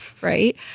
right